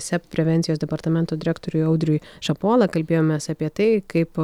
seb prevencijos departamento direktoriui audriui šapola kalbėjomės apie tai kaip